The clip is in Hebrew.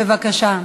בבקשה.